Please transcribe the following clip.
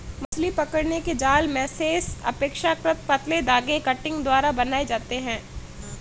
मछली पकड़ने के जाल मेशेस अपेक्षाकृत पतले धागे कंटिंग द्वारा बनाये जाते है